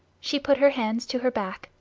she put her hands to her back,